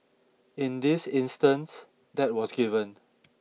in this instance that was given